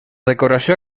decoració